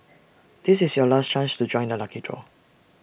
this is your last chance to join the lucky draw